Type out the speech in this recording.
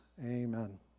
Amen